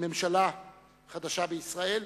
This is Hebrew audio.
ממשלה חדשה בישראל,